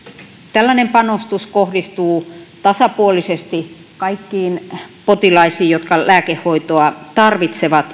tällainen panostus kohdistuu tasapuolisesti kaikkiin potilaisiin jotka lääkehoitoa tarvitsevat